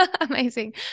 amazing